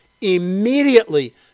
immediately